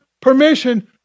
permission